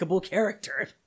character